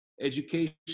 education